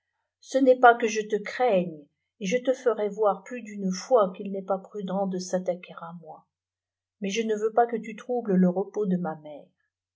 ce n'est pas que je te craigne et je te ferai voir plus d'une fois qu'il n est pas prudent de s'attaquer à moi mais je ne veux pas que tu troubles le repos de ma mère